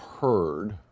heard